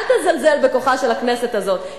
אל תזלזל בכוחה של הכנסת הזאת,